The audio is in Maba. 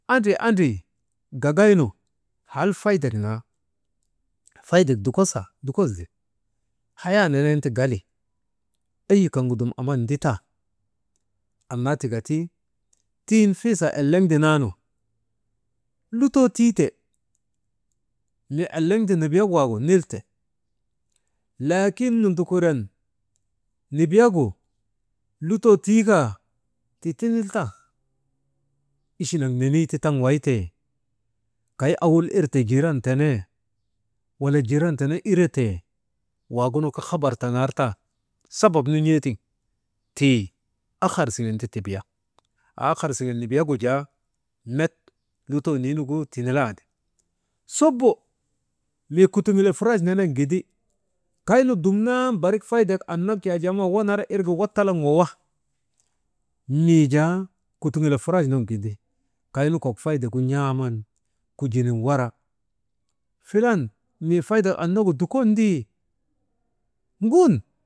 Andri, andri gagaynu hal faydak naa, faydak dukosaa, dukosndi hayaa nenen ti gali, eyi kaŋgu dum aman nditan annaa tika ti tiŋ fiisaa eleŋde naanu lutoo tiite mii eleŋde nibiyak waagu nilte laakin nundukuuren nubiyagu lutoo tii kaa tii tinil tan. Ichi nak nenii ta taŋ waytee, kay awul wirtee, jiiran tenee, wala jiiran tenee iretee waagunu kaa habar tanartan, sabab nu n̰ee tiŋ, tii ahar siŋen ti tibiya haa ahar siŋen nibiyagu jaa met lutoo niinugu tinilaandi. Subbu mii kutuŋule furach nenen gindi, kaynu dumnan barik faydek anak yaajama wanara irka wawa, mii jaa kutuŋule furach nun gindi, kaynu kok faydegu n̰aaman kujinin wara, filan mii faydek annagu dukondii gun.